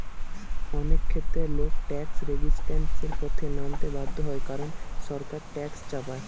অনেক ক্ষেত্রে লোক ট্যাক্স রেজিস্ট্যান্সের পথে নামতে বাধ্য হয় কারণ সরকার ট্যাক্স চাপায়